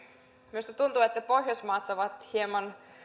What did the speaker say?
minusta tuntuu että pohjoismaat ovat hieman